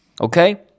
Okay